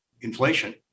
inflation